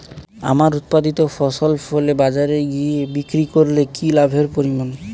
আমার উৎপাদিত ফসল ফলে বাজারে গিয়ে বিক্রি করলে কি লাভের পরিমাণ?